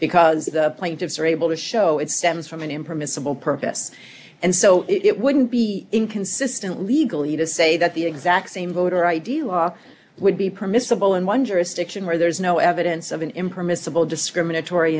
because the plaintiffs are able to show it stems from an impermissible purpose and so it wouldn't be inconsistent legally to say that the exact same voter id law would be permissible in one jurisdiction where there is no evidence of an impermissible discriminatory